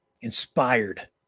inspired